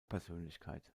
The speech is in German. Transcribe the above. persönlichkeit